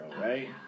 right